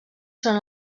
són